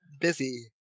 busy